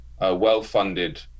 well-funded